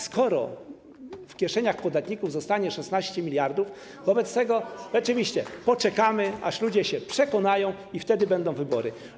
Skoro w kieszeniach podatników zostanie 16 mld zł, rzeczywiście poczekamy, aż ludzie się przekonają, i wtedy będą wybory.